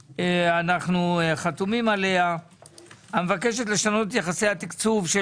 שאנחנו חתומים עליה - המבקשת לשנות את יחסי התקצוב של